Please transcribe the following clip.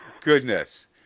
goodness